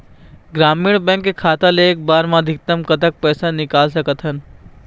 ग्रामीण बैंक के खाता ले एक बार मा अधिकतम कतक पैसा निकाल सकथन?